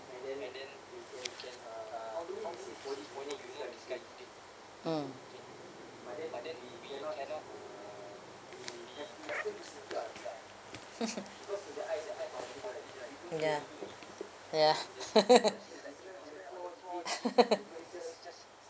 mm ya ya